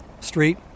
Street